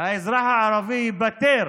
האזרח הערבי ייפטר